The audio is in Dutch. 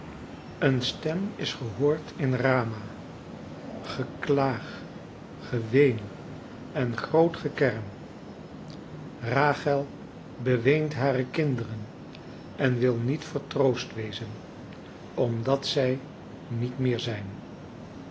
eene stem is gehoord in rama geklag geween en groot gekerm rachel beweent hare kinderen en wil niet vertroost wezen omdat zij niet meer zijn